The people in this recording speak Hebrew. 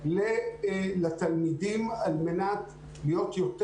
במיוחד את התלמידים שנבחנים י"א,